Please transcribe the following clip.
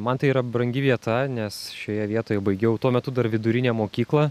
man tai yra brangi vieta nes šioje vietoje baigiau tuo metu dar vidurinę mokyklą